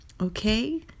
okay